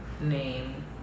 name